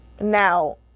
now